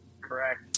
Correct